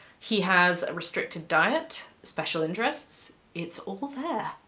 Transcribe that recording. he has a restricted diet. special interests. it's all there,